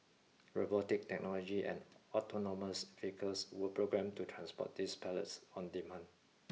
robotic technology and autonomous vehicles were programmed to transport these pallets on demand